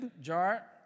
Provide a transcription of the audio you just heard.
Jar